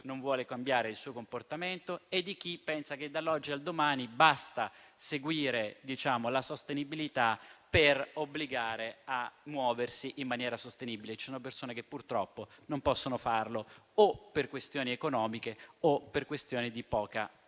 non vuole cambiare il suo comportamento e di chi pensa che dall'oggi al domani basta seguire la sostenibilità per obbligare a muoversi in maniera sostenibile. Ci sono persone che purtroppo non possono farlo o per questioni economiche o per questioni di poca accessibilità